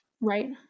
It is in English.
Right